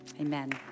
Amen